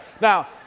Now